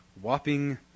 whopping